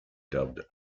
dubbed